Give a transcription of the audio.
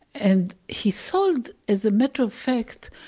and he sold, as a matter of fact,